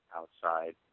outside